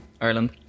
Ireland